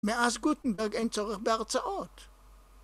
מאז גוטנברג אין צורך בהרצאות.